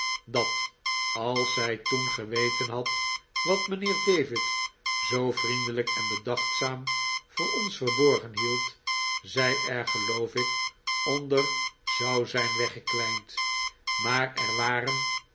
dat als zij toen geweten had wat mijnheer david zoo vriendelijk en bedachtzaam voor ons verborgen hield zij er geloof ik onder zou zijn weggekwijnd maar er waren